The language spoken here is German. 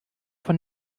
von